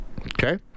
Okay